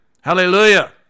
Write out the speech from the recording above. Hallelujah